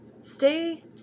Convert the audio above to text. stay